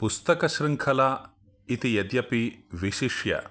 पुस्तकशृङ्खला इति यद्यपि विशिष्य